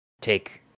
take